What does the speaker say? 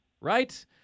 right